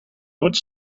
nooit